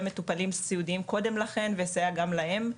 מטופלים סיעודיים קודם לכן ולסייע גם להם,